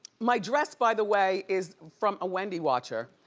my dress, by the way, is from a wendy watcher.